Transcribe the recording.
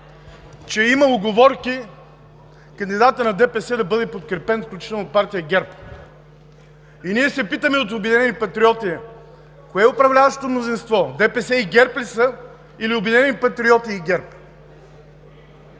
че има уговорки кандидатът на ДПС да бъде подкрепен, включително от партия ГЕРБ, и ние се питаме: кое е управляващото мнозинство – ДПС и ГЕРБ ли са, или „Обединени патриоти“ и ГЕРБ?